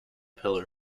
pillar